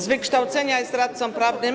Z wykształcenia jest radcą prawnym.